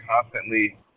constantly